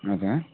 हजुर